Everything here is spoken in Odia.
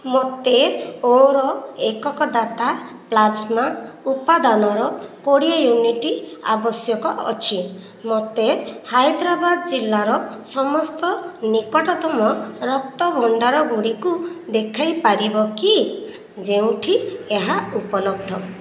ମୋତେ ଓ'ର ଏକକ ଦାତା ପ୍ଲାଜମା ଉପାଦାନର କୋଡିଏ ୟୁନିଟ୍ ଆବଶ୍ୟକ ଅଛି ମୋତେ ହାଇଦ୍ରାବାଦ ଜିଲ୍ଲାର ସମସ୍ତ ନିକଟତମ ରକ୍ତ ଭଣ୍ଡାରଗୁଡ଼ିକୁ ଦେଖାଇ ପାରିବ କି ଯେଉଁଠି ଏହା ଉପଲବ୍ଧ